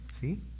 See